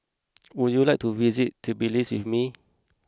would you like to visit Tbilisi with me